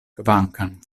kvankam